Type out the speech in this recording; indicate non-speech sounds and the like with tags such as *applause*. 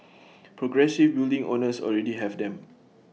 *noise* progressive building owners already have them